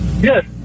Yes